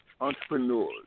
entrepreneurs